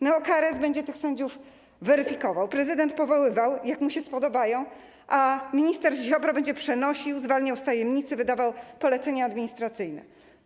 Neo-KRS będzie tych sędziów weryfikował, prezydent powoływał, jak mu się spodobają, a minister Ziobro będzie przenosił, zwalniał z tajemnicy, wydawał polecenia administracyjne.